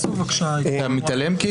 אתה מתעלם?